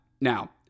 now